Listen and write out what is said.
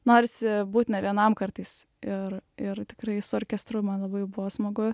norisi būt ne vienam kartais ir ir tikrai su orkestru man labai buvo smagu